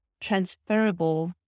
transferable